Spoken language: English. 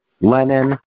Lenin